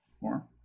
More